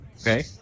Okay